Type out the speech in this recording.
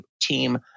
team